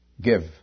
give